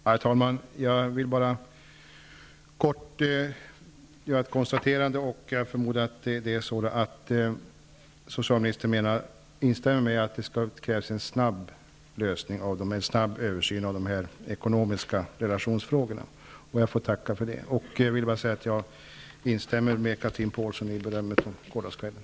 Herr talman! Jag vill bara kort göra ett konstaterande. Jag förmodar att socialministern instämmer i att det krävs en snabb översyn av de ekonomiska relationsfrågorna, och jag får tacka för det. Jag instämmer i Chatrine Pålssons bedömning beträffande gårdagen.